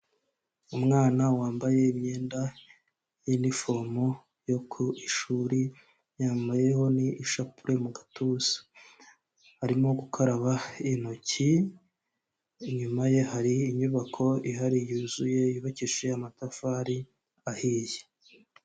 Umwana wambaye imyenda ya inifomu yo ku ishuri yambayeho n'ishapure mu gatuza, arimo gukaraba intoki inyuma ye hari inyubako ihari yuzuye yubakishije amatafari ahiye.